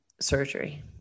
surgery